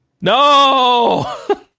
No